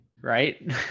Right